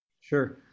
Sure